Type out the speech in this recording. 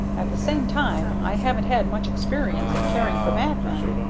at the same time, i haven't had much experience in caring for madmen.